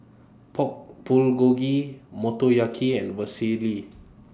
Pork Bulgogi Motoyaki and Vermicelli